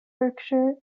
berkshire